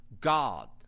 God